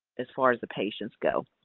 as far as the patients go.